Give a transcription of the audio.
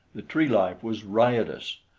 the tree-life was riotous.